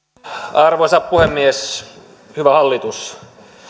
arvoisa puhemies hyvä hallitus